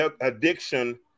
addiction